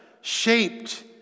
shaped